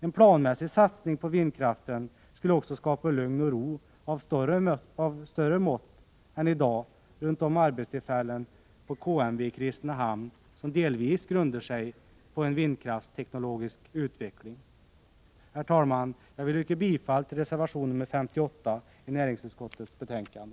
En planmässig satsning på vindkraften skulle också skapa lugn och ro av större mått än i dag runt de arbetstillfällen på KMW i Kristinehamn som delvis grundar sig på en vindkraftsteknologisk utveckling. Herr talman! Jag vill yrka bifall till reservation 58 i näringsutskottets betänkande.